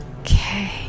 Okay